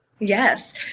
yes